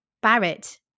Barrett